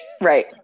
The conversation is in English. Right